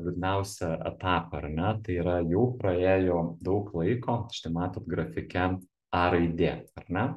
liūdniausią etapą ar ne tai yra jau praėjo daug laiko štai matot grafike a raidė ar ne